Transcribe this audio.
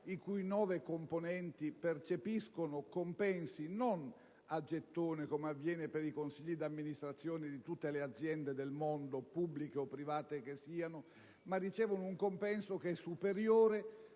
i cui nove componenti percepiscono compensi non a gettone, come avviene per i consigli di amministrazione di tutte le aziende del mondo, pubbliche o private che siano, e che sono superiori